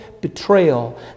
betrayal